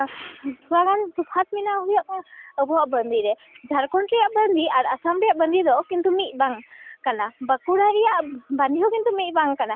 ᱛᱷᱚᱲᱟᱜᱟᱱ ᱛᱚᱯᱷᱟᱛ ᱢᱮᱱᱟᱜ ᱟᱵᱚᱣᱟᱜ ᱵᱟᱺᱫᱤᱨᱮ ᱡᱷᱟᱲᱠᱷᱚᱸᱰ ᱨᱮᱭᱟᱜ ᱵᱟᱺᱫᱤ ᱟᱨ ᱟᱥᱟᱢ ᱨᱮᱭᱟᱜ ᱵᱟᱺᱫᱤ ᱫᱚ ᱠᱤᱱᱛᱩ ᱢᱤᱫ ᱵᱟᱝ ᱠᱟᱱᱟ ᱵᱟᱠᱩᱲᱟ ᱨᱮᱭᱟᱜ ᱵᱟᱸᱫᱮᱦᱚᱸ ᱠᱤᱱᱛᱩ ᱢᱤᱫ ᱵᱟᱝ ᱠᱟᱱᱟ